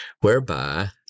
whereby